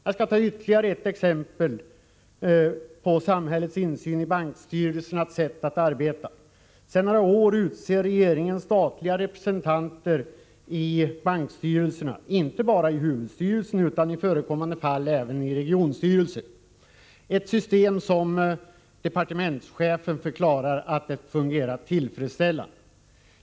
Jag skall ge ytterligare ett exempel på samhällets insyn i bankstyrelsernas sätt att arbeta. Sedan några år tillbaka utser regeringen statliga representanter i bankstyrelserna, inte bara i huvudstyrelsen utan i förekommande fall även i regionstyrelser, ett system som departementschefen förklarat fungera tillfredsställande.